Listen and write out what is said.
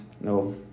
No